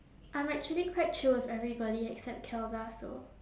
I'm actually quite chill with everybody except kelda so